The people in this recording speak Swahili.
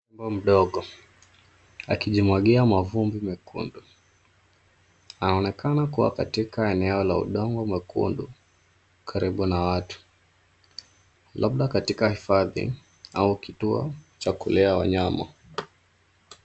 Tembo mdogo akijimwagia mavumbi mekundu. Anaonekana kuwa katika eneo la udongo mwekundu karibu na watu. Labda katika hifadhi au kituo cha kulea wanyama.